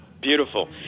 Beautiful